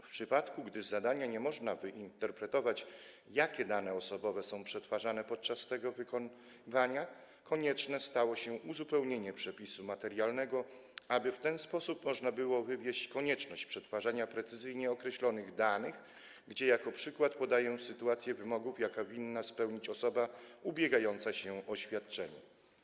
W przypadku gdy z zadania nie można wyinterpretować, jakie dane osobowe są przetwarzane podczas jego wykonywania, konieczne staje się uzupełnienie przepisu materialnego, aby w ten sposób można było wywieść konieczność przetwarzania precyzyjnie określonych danych; jako przykład podaję wymogi, jakie winna spełniać osoba ubiegająca się o świadczenie.